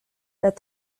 that